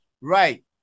Right